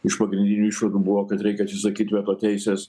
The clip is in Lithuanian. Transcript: iš pagrindinių iššūkių buvo kad reikia atsisakyt veto teisės